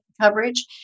coverage